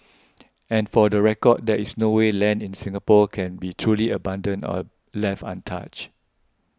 and for the record there is no way land in Singapore can be truly abandoned or left untouched